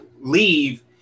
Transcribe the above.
leave